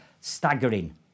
staggering